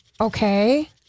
Okay